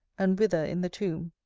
and wither in the tomb,